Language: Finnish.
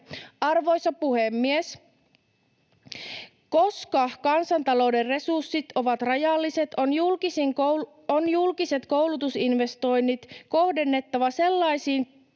Arvoisa puhemies! Koska kansantalouden resurssit ovat rajalliset, on julkiset koulu-tusinvestoinnit kohdennettava sellaisiin